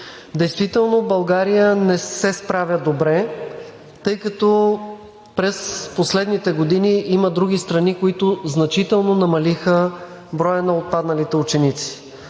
Действително България не се справя добре, тъй като през последните години има други страни, които значително намалиха броя на отпадналите ученици